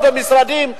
לא במשרדים.